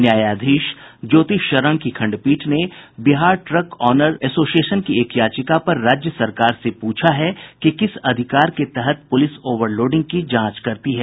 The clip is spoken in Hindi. न्यायाधीश ज्योति शरण की खंडपीठ ने बिहार ट्रक ऑनर्स एसोसिएशन की एक याचिका पर राज्य सरकार से प्रछा है कि किस अधिकार के तहत प्रलिस ओवरलोडिंग की जांच करती है